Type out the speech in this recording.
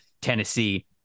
tennessee